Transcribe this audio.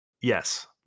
Yes